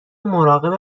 مراقب